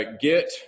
get